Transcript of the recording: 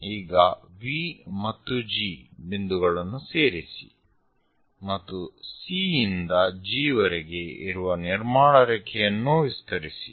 ಈಗ V ಮತ್ತು G ಬಿಂದುಗಳನ್ನು ಸೇರಿಸಿ ಮತ್ತು C ಇಂದ G ವರೆಗೆ ಇರುವ ನಿರ್ಮಾಣ ರೇಖೆಯನ್ನೂ ವಿಸ್ತರಿಸಿ